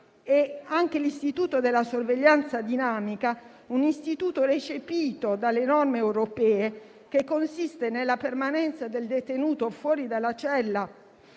Anche l'istituto della sorveglianza dinamica, recepito dalle norme europee, che consiste nella permanenza del detenuto fuori dalla cella